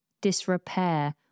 disrepair